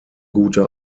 gute